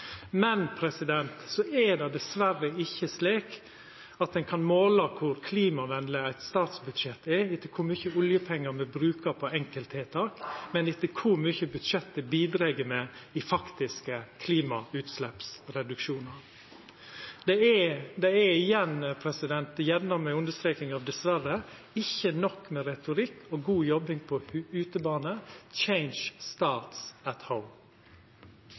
Men så er det dessverre ikkje slik at ein kan måla kor klimavenleg eit statsbudsjett er, etter kor mykje oljepengar me brukar på enkelttiltak, men etter kor mykje budsjettet bidreg med i faktiske klimagassutsleppsreduksjonar. Det er igjen – gjerne med understreking av dessverre – ikkje nok med retorikk og god jobbing på